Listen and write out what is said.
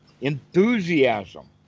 Enthusiasm